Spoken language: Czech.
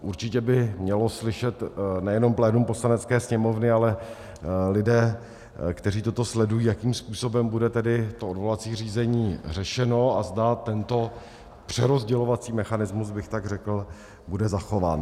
Určitě by mělo slyšet nejenom plénum Poslanecké sněmovny, ale i lidé, kteří toto sledují, jakým způsobem bude tedy to odvolací řízení řešeno a zda tento přerozdělovací mechanismus, bych tak řekl, bude zachován.